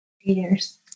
years